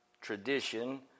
tradition